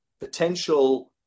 potential